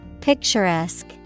Picturesque